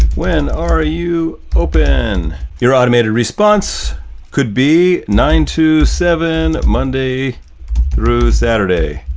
when are you open? your automated response could be nine to seven, monday through saturday.